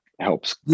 helps